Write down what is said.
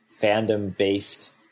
fandom-based